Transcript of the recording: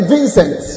Vincent